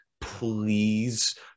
please